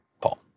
Paul